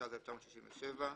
התשכ"ז 1967,